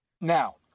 Now